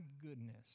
goodness